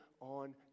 on